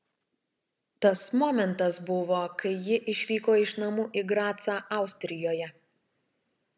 tas momentas buvo kai ji išvyko iš namų į gracą austrijoje